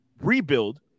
rebuild